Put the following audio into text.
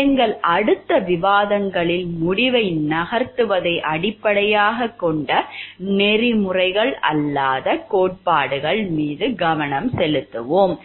எங்கள் அடுத்த விவாதங்களில் முடிவை நகர்த்துவதை அடிப்படையாகக் கொண்ட நெறிமுறைகள் அல்லாத கோட்பாடுகள் மீது கவனம் செலுத்துவோம்